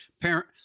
parent